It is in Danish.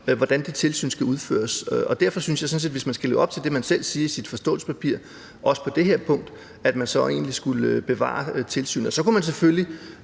hvordan tilsynet dér skal udføres. Derfor synes jeg sådan set, at hvis man skal leve op til det, man selv siger i sit forståelsespapir, også på det her punkt, skal man egentlig bevare tilsynet. Så kan man selvfølgelig